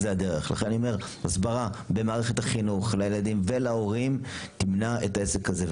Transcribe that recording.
אני אומר: הסברה במערכת החינוך לילדים ולהורים תמנע את העסק הזה.